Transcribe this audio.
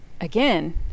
again